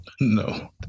No